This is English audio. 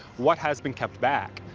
what has been kept back?